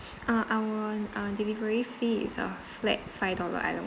uh our uh delivery fee is a flat five dollar island